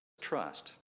trust